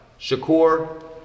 Shakur